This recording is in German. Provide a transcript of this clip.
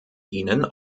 ihnen